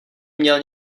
měl